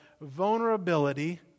vulnerability